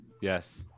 Yes